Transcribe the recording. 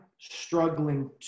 struggling